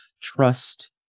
trust